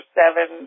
seven